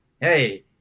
hey